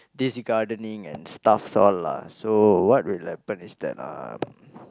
basic gardening and stuff all lah so what will happen is that um